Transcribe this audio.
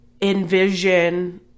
envision